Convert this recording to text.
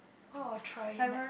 oh I'll try it next